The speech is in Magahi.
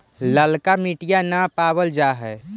ललका मिटीया न पाबल जा है?